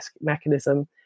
mechanism